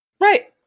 Right